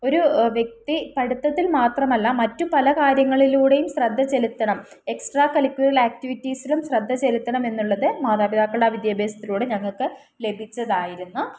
ഒരു വ്യക്തി പഠിത്തത്തിൽ മാത്രമല്ല മറ്റു പല കാര്യങ്ങളിലൂടെയും ശ്രദ്ധ ചെലുത്തണം എക്സ്ട്രാ കലരിക്കുലർ ആക്ടിവിറ്റീസിലും ശ്രദ്ധ ചെലുത്തണം എന്നുള്ളത് മാതാപിതാക്കളുടെ ആ വിദ്യാഭ്യാസത്തിലൂടെ ഞങ്ങൾക്ക് ലഭിച്ചതായിരുന്നു